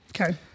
Okay